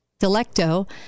Delecto